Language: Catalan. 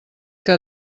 que